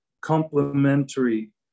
complementary